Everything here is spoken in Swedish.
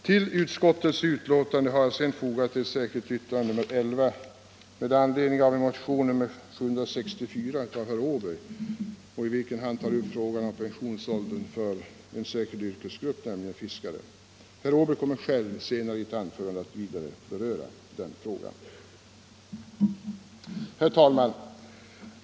Till utskottets betänkande har jag sedan fogat ett särskilt yttrande, nr 11, med anledning av motionen 764 av herr Åberg, i vilken han tar upp frågan om pensionsåldern för en särskild yrkesgrupp, nämligen fiskare. Herr Åberg kommer själv senare att i ett anförande vidare beröra denna fråga. Herr talman!